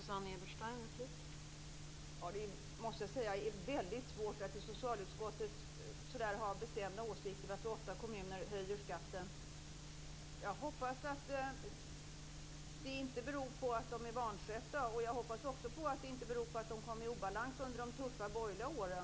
Fru talman! Jag måste säga att det är väldigt svårt att i socialutskottet ha bestämda åsikter om varför åtta kommuner höjer skatten. Jag hoppas att det inte beror på att de är vanskötta, och jag hoppas också att det inte beror på att de kom i obalans under de tuffa borgerliga åren.